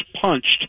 punched